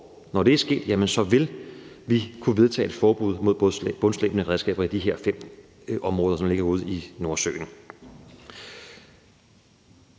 når det er sket, vil vi kunne vedtage et forbud mod bundslæbende redskaber i de her fem områder, som ligger ude i Nordsøen.